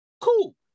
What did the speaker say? Cool